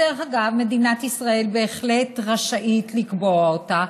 דרך אגב, מדינת ישראל בהחלט רשאית לקבוע אותה,